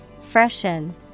Freshen